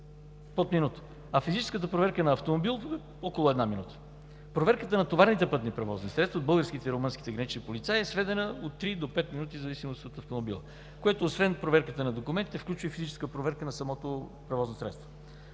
под минута, а физическата проверка на автомобил – около една минута. Проверката на товарните пътни средства от българските и румънските гранични полицаи е сведена от три до пет минути, в зависимост от автомобила, което освен проверката на документите, включва и физическа проверка на самото превозно средство.